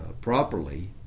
properly